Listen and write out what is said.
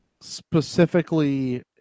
specifically